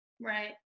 Right